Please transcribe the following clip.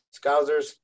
Scousers